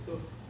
so